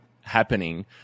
happening